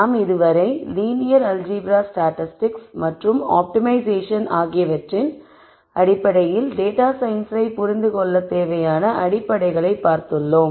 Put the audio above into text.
நாம் இதுவரை linear algebra statistics மற்றும் ஆப்டிமைஷேசன் ஆகியவற்றின் அடிப்படையில் டேட்டா சயின்ஸை புரிந்துகொள்ளத் தேவையான அடிப்படைகளைப் பார்த்துள்ளோம்